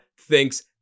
thinks